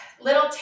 Little